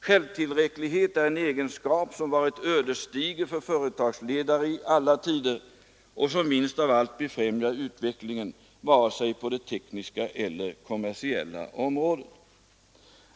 Självtillräcklighet är en egenskap som varit ödesdiger för företagsledare i alla tider och som minst av allt befrämjar utvecklingen — vare sig på det tekniska eller kommersiella området.